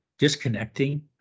Disconnecting